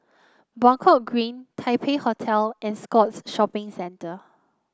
Buangkok Green Taipei Hotel and Scotts Shopping Centre